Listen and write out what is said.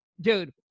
dude